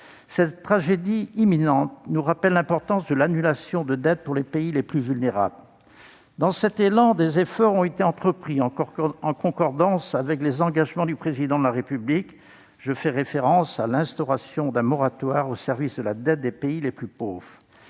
Cette tragédie imminente nous rappelle l'importance d'annuler la dette des pays les plus vulnérables. Dans cet élan, des efforts ont été entrepris en concordance avec les engagements du Président de la République. Je fais référence à l'instauration d'un moratoire au service de la dette des pays les plus pauvres.